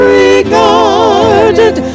regarded